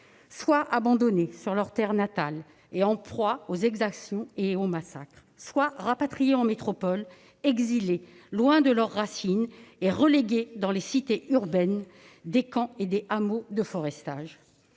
soit délaissés sur leur terre natale, en proie aux exactions et aux massacres, soit rapatriés en métropole, coupés de leurs racines et relégués dans des cités urbaines, des camps ou des hameaux de forestage.